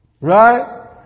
Right